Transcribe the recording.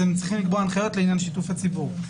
הם צריכים לקבוע הנחיות לעניין שיתוף הציבור.